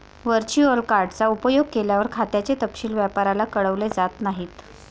virtual card चा उपयोग केल्यावर, खात्याचे तपशील व्यापाऱ्याला कळवले जात नाहीत